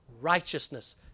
righteousness